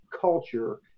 culture